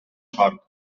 sort